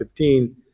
2015